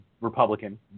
Republican